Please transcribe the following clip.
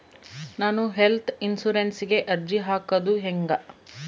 ನಾನು ಹೆಲ್ತ್ ಇನ್ಸುರೆನ್ಸಿಗೆ ಅರ್ಜಿ ಹಾಕದು ಹೆಂಗ?